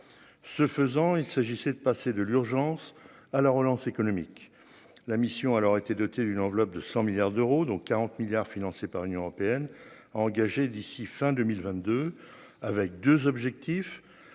ce faisant, il s'agissait de passer de l'urgence à la relance économique, la mission alors été doté d'une enveloppe de 100 milliards d'euros, donc 40 milliards financés par l'Union européenne à engager d'ici fin 2022 avec 2 objectifs